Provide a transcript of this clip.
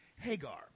Hagar